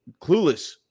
clueless